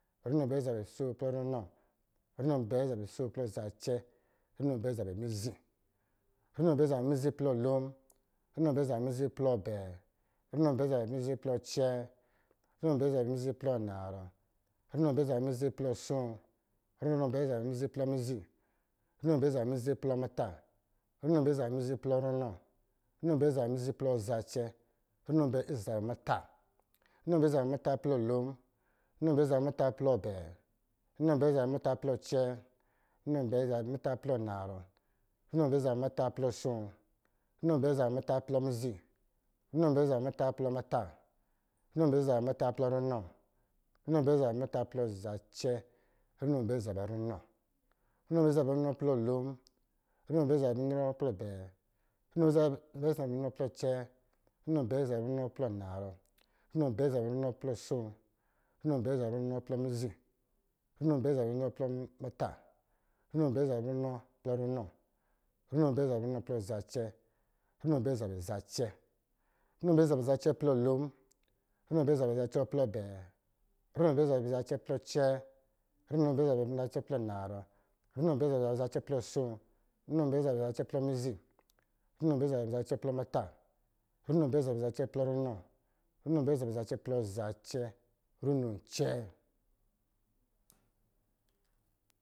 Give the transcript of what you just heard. Runo abɛɛ ɔsɔ̄ zabɛ asoo plɔ ranɔ runo abɛɛ ɔsɔ̄ zabɛ asoo plɔ zacɛ, runo abɛɛ ɔsɔ̄ zabɛ mizi, runo abɛɛ ɔsɔ̄ zabɛ mizi plɔ lon runo abɛɛ ɔsɔ̄ zabɛ mizi plɔ abɛɛ, runo abɛɛ ɔsɔ̄ zabɛ mizi plɔ acɛɛ, runo abɛɛ ɔsɔ̄ zabɛ mizi plɔ anarɔ, runo abɛɛ ɔsɔ̄ zabɛ mizi plɔ asoo, runo abɛɛ ɔsɔ̄ zabɛ mizi plɔ mizi, runo abɛɛ ɔsɔ̄ zabɛ mizi plɔ muta, runo abɛɛ ɔsɔ̄ zabɛ mizi plɔ runɔ runo abɛɛ ɔsɔ̄ zabɛ mizi plɔ zacɛ, runo abɛɛ ɔsɔ̄ zabɛ muta, runo abɛɛ ɔsɔ̄ zabɛ mizi muta plɔ lon, runo abɛɛ ɔsɔ̄ zabɛ mizi muta plɔ abɛɛ, runo abɛɛ ɔsɔ̄ zabɛ mizi muta plɔ acɛɛ, runo abɛɛ ɔsɔ̄ zabɛ mizi muta plɔ anarɔ, runo abɛɛ ɔsɔ̄ zabɛ mizi muta plɔ asoo, runo abɛɛ ɔsɔ̄ zabɛ muta plɔ, runo abɛɛ ɔsɔ̄ zabɛ muta plɔ muta, runo abɛɛ ɔsɔ̄ zabɛ muta plɔ muta plɔ runɔ runo abɛɛ ɔsɔ̄ zabɛ muta plɔ muta plɔ zacɛ, runo abɛɛ ɔsɔ̄ zabɛ runɔ, runo abɛɛ ɔsɔ̄ zabɛ runɔ plɔ lon, runo abɛɛ ɔsɔ̄ zabɛ runɔ plɔ abɛɛ, runo abɛɛ ɔsɔ̄ zabɛ runɔ plɔ acɛɛ, runo abɛɛ ɔsɔ̄ zabɛ runɔ plɔ anarɔ, runo abɛɛ ɔsɔ̄ zabɛ runɔ plɔ asoo, runo abɛɛ ɔsɔ̄ zabɛ runɔ plɔ mizi, runo abɛɛ ɔsɔ̄ zabɛ runɔ plɔ runo abɛɛ ɔsɔ̄ zabɛ runɔ plɔ runo abɛɛ ɔsɔ̄ zabɛ runɔ plɔ zacɛ, runo abɛɛ ɔsɔ̄ zabɛ zacɛ runo abɛɛ ɔsɔ̄ zabɛ runɔ plɔ plɔ lon, runo abɛɛ ɔsɔ̄ zabɛ runɔ plɔ plɔ abɛɛ, runo abɛɛ ɔsɔ̄ zabɛ runɔ plɔ plɔ acɛɛ, runo abɛɛ ɔsɔ̄ zabɛ runɔ plɔ plɔ anarɔ, runo abɛɛ ɔsɔ̄ zabɛ runɔ plɔ plɔ asoo, runo abɛɛ ɔsɔ̄ zabɛ runɔ plɔ plɔ mizɛ, runo abɛɛ ɔsɔ̄ zabɛ runɔ plɔ plɔ muta, runo abɛɛ ɔsɔ̄ zabɛ runɔ plɔ plɔ runɔ, runo abɛɛ ɔsɔ̄ zabɛ runɔ plɔ plɔ zacel, runo acɛɛ.